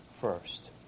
first